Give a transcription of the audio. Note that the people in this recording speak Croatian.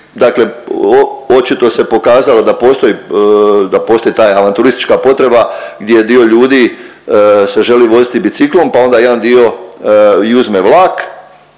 dakle očito se pokazalo da postoji, da postoji ta avanturistička potreba gdje dio ljudi se želi voziti biciklom pa onda jedan dio i uzme vlak.